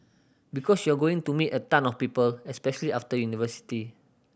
because you're going to meet a ton of people especially after university